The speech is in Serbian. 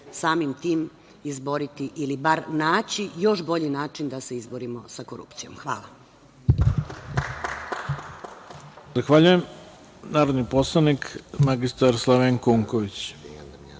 samim tim izboriti ili bar naći još bolji način da se izborimo sa korupcijom. Hvala. **Ivica Dačić** Zahvaljujem. Narodni poslanik magistar Slavenko